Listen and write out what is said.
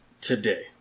Today